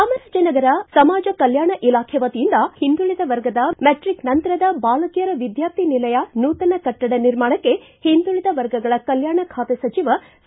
ಚಾಮರಾಜನಗರ ಸಮಾಜ ಕಲ್ಕಾಣ ಇಲಾಖೆಯ ವತಿಯಿಂದ ಹಿಂದುಳಿದ ವರ್ಗದ ಮೆಟ್ರಿಕ್ ನಂತರದ ಬಾಲಕಿಯರ ವಿದ್ವಾರ್ಥಿ ನಿಲಯ ನೂತನ ಕಟ್ಟಡ ನಿರ್ಮಾಣಕ್ಕೆ ಹಿಂದುಳಿದ ವರ್ಗಗಳ ಕಲ್ಕಾಣ ಖಾತೆ ಸಚಿವ ಸಿ